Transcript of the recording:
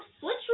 switch